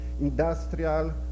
industrial